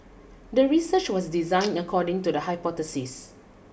the research was designed according to the hypothesis